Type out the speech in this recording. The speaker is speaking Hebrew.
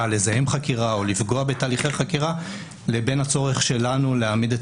לזהם חקירה או לפגוע בתהליכי חקירה לבין הצורך שלנו להעמיד את